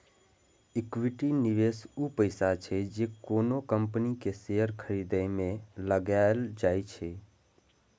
equity निवेश ऊ पैसा छियै, जे कोनो कंपनी के शेयर खरीदे मे लगाएल जाइ छै